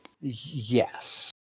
Yes